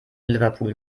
liverpool